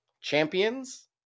champions